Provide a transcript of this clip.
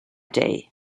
day